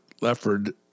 Lefford